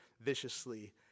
viciously